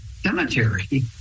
cemetery